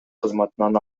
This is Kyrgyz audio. кызматынан